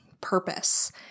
purpose